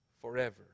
forever